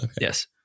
yes